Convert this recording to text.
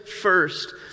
first